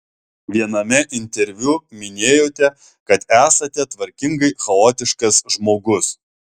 viename interviu minėjote kad esate tvarkingai chaotiškas žmogus